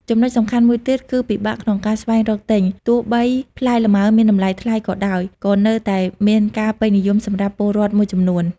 ចំណុចសំខាន់មួយទៀតគឺពិបាកក្នុងការស្វែងរកទិញ ទោះបីផ្លែលម៉ើមានតម្លៃថ្លៃក៏ដោយ ក៏នៅតែមានការពេញនិយមសម្រាប់ពលរដ្ឋមួយចំនួន។